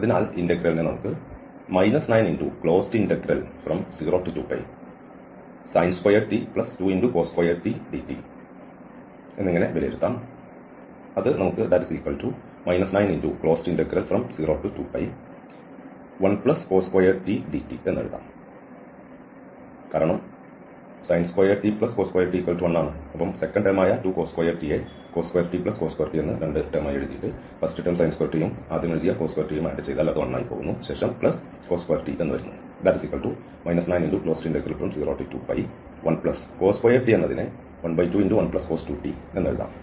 അതിനാൽ ഈ ഇന്റഗ്രൽ നമുക്ക് ഈ എന്നിങ്ങനെ വിലയിരുത്താം അത് എന്നും അതിനെ നമുക്ക് എന്നും ആയി എഴുതാം